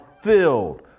filled